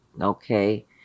okay